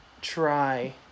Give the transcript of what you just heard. try